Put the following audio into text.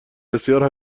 بسیار